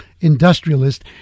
industrialist